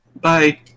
Bye